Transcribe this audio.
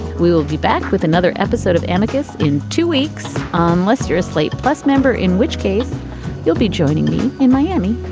we'll we'll be back with another episode of amicus in two weeks unless you're a slate plus member in which case you'll be joining me in miami